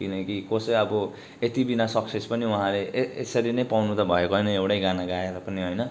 किनकि कसै अब यति बिना सक्सेस पनि उहाँले य यसरी नै पाउनु त भएको होइन एउटै गाना गाएर पनि होइन